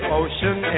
ocean